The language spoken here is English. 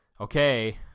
okay